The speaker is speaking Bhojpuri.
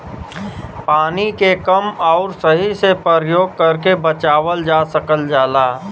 पानी के कम आउर सही से परयोग करके बचावल जा सकल जाला